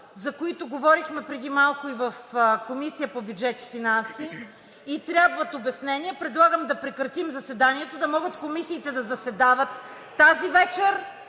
за които говорихме преди малко в Комисията по бюджет и финанси, и трябват обяснения, предлагам да прекратим заседанието, за да могат комисиите да заседават тази вечер.